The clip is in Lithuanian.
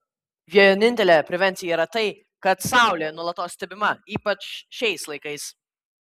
vienintelė prevencija yra tai kad saulė nuolatos stebima ypač šiais laikais